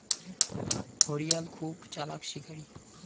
ঘড়িয়াল খুব চালাক শিকারী